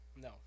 No